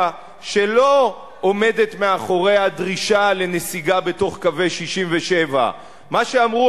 שלא עומדת מאחוריה דרישה לנסיגה בתוך קווי 67'; מה שאמרו